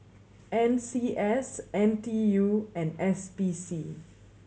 N C S N T U and S P C